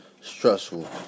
stressful